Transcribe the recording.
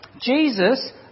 Jesus